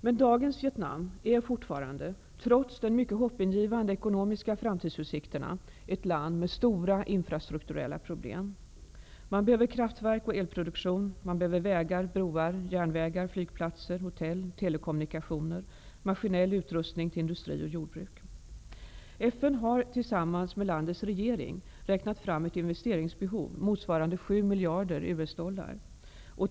Men dagens Vietnam är fortfarande, trots de mycket hoppingivande ekonomiska framtidsutsikterna, ett land med stora infrastrukturella problem. Man behöver kraftverk och elproduktion. Man behöver vägar, broar, järnvägar, flygplatser, hotell, telekommunikationer och maskinell utrustning till industri och jordbruk. FN har tillsammans med landets regering räknat fram ett investeringsbehov motsvarande 7 miljarder US-dollar.